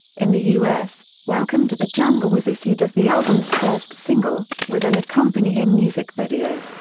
in the u s, welcome to the jungle was issued as the album's first single, with an accompanying music video.